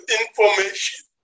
information